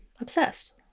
obsessed